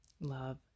Love